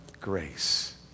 grace